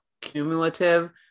cumulative